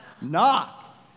Knock